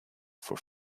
for